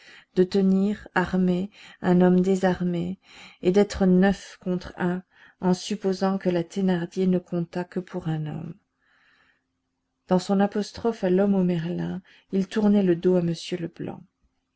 de tenir armé un homme désarmé et d'être neuf contre un en supposant que la thénardier ne comptât que pour un homme dans son apostrophe à l'homme au merlin il tournait le dos à m leblanc